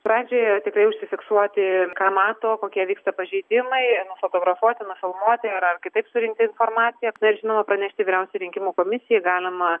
pradžioje tikrai užsifiksuoti ką mato kokie vyksta pažeidimai nufotografuoti nufilmuoti ar ar kitaip surinkti informaciją na ir žinoma pranešti vyriausiojai rinkimų komisijai galima